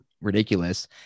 ridiculous